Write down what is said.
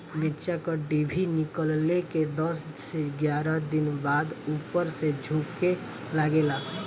मिरचा क डिभी निकलले के दस से एग्यारह दिन बाद उपर से झुके लागेला?